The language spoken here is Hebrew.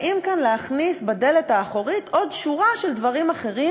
באים כאן להכניס בדלת האחורית עוד שורה של דברים אחרים.